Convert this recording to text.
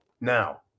Now